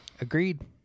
agreed